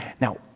Now